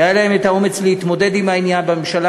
שהיה להם האומץ להתמודד עם העניין בממשלה